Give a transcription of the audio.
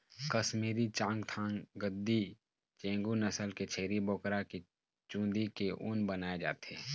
कस्मीरी, चाँगथाँग, गद्दी, चेगू नसल के छेरी बोकरा के चूंदी के ऊन बनाए जाथे